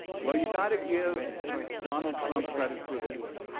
well, you got to give donald trump credit for this.